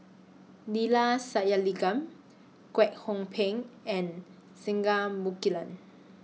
Neila Sathyalingam Kwek Hong Png and Singai Mukilan